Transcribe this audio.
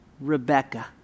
Rebecca